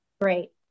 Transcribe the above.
Great